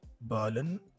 berlin